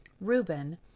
Reuben